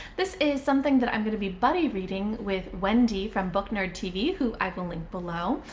this is something that i'm gonna be buddy reading with wendy from booknerdtv, who iwill link below.